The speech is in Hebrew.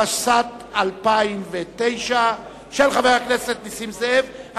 התשס"ט 2009, של חבר הכנסת נסים זאב.